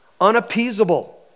unappeasable